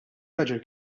raġel